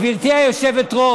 שלח את דבריך.